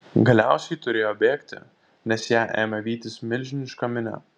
galiausiai turėjo bėgti nes ją ėmė vytis milžiniška minia